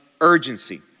urgency